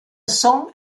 song